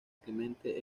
clemente